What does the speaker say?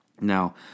Now